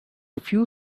few